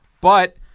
but-